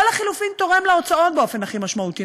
או לחלופין תורם להוצאות באופן הכי משמעותי,